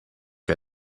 que